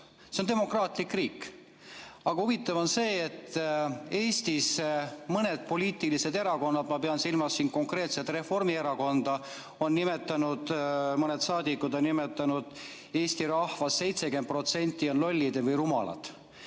see on demokraatlik riik. Aga huvitav on see, et Eestis mõned poliitilised erakonnad, ma pean silmas konkreetselt Reformierakonda, mõned saadikud on nimetanud, et Eesti rahvast 70% on lollid või rumalad.